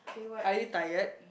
are you tired